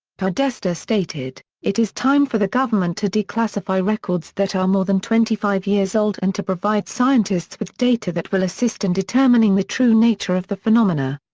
podesta stated, it is time for the government to declassify records that are more than twenty five years old and to provide scientists with data that will assist in determining the true nature of the phenomena.